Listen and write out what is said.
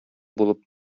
булып